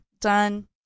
Done